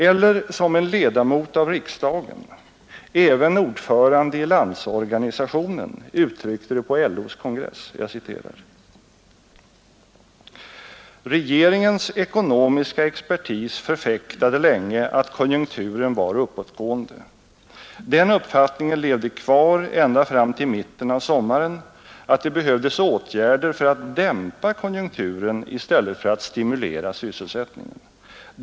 Eller som en ledamot av riksdagen, även ordförande i Landsorganisationen, uttryckte det på LO:s kongress: ”Regeringens ekonomiska expertis förfäktade länge att konjunkturen var uppåtgående. Den uppfattningen levde kvar ända fram till mitten av sommaren att det behövdes åtgärder för att dämpa konjunkturen i stället för att stimulera sysselsättningen.